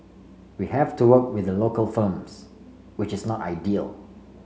we have to work with the local firms which is not ideal